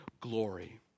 glory